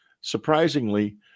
surprisingly